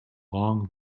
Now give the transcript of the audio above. long